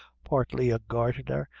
partly a gardener,